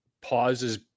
pauses